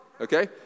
Okay